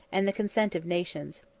and the consent of nations.